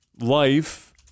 life